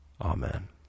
Amen